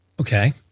Okay